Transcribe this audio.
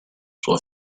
sua